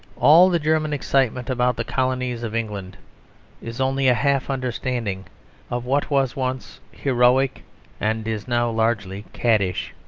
all the german excitement about the colonies of england is only a half understanding of what was once heroic and is now largely caddish.